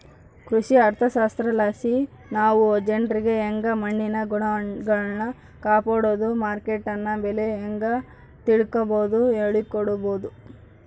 ಕೃಷಿ ಅರ್ಥಶಾಸ್ತ್ರಲಾಸಿ ನಾವು ಜನ್ರಿಗೆ ಯಂಗೆ ಮಣ್ಣಿನ ಗುಣಗಳ್ನ ಕಾಪಡೋದು, ಮಾರ್ಕೆಟ್ನಗ ಬೆಲೆ ಹೇಂಗ ತಿಳಿಕಂಬದು ಹೇಳಿಕೊಡಬೊದು